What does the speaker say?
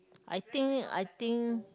I think I think